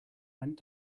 went